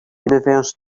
universe